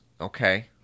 Okay